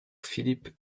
philippe